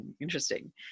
Interesting